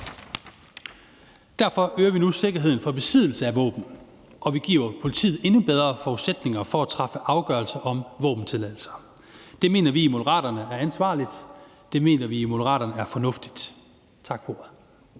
Derfor øger vi nu sikkerheden for besiddelse af våben, og vi giver politiet endnu bedre forudsætninger for at træffe afgørelser om våbentilladelser. Det mener vi i Moderaterne er ansvarligt og fornuftigt. Tak for